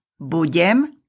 budem